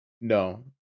No